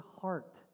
heart